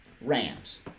Rams